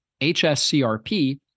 HSCRP